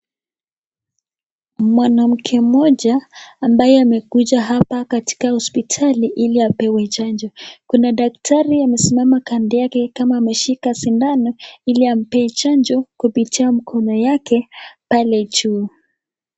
Mwanamke mmoja ambaye amekuja hapa katika hospitali ili apewe chanjo. Kuna daktari amesimama kando yake kama ameshika sindano ili ampe chanjo kupitia mkono yake pale juu.